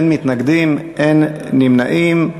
אין מתנגדים ואין נמנעים.